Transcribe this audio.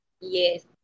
Yes